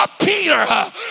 Peter